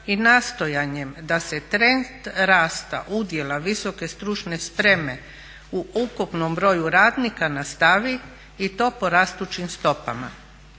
i nastojanjem da se trend rasta udjela visoke stručne spreme u ukupnom broju radnika nastavi i to po rastućim stopama.